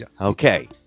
Okay